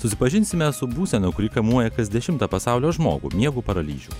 susipažinsime su būsena kuri kamuoja kas dešimtą pasaulio žmogų miego paralyžių